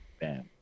Bam